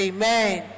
Amen